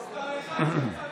מס' אחת שיצא